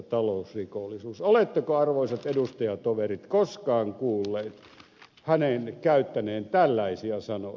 oletteko arvoisat edustajatoverit koskaan kuulleet hänen käyttäneen tällaisia sanoja